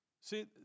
see